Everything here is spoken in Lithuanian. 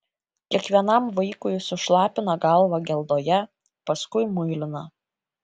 kiekvienam vaikui sušlapina galvą geldoje paskui muilina